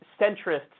centrists